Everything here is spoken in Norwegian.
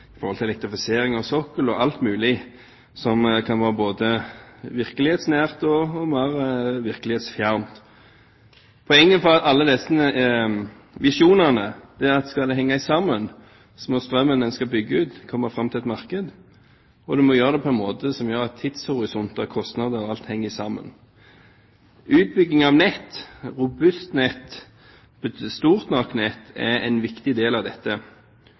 i kraftbransjen, for så vidt – når det gjelder å utvikle fornybar energi i Norge, når det gjelder å se seg selv som «Europas batteri», når det gjelder elektrifisering av sokkel, og alt mulig, som kan være både virkelighetsnært og mer virkelighetsfjernt. Poenget for alle disse visjonene er at skal de henge sammen, må strømmen en skal bygge ut, komme fram til et marked, og en må gjøre det på en måte som gjør at tidshorisonter, kostnader og alt